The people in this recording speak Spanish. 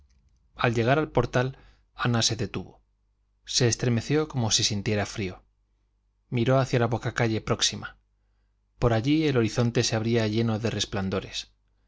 al llegar al portal ana se detuvo se estremeció como si sintiera frío miró hacia la bocacalle próxima por allí el horizonte se abría lleno de resplandores